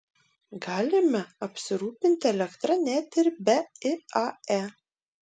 galime apsirūpinti elektra net ir be iae